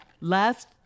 Last